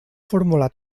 formular